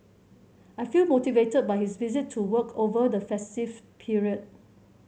I feel motivated by his visit to work over the festive period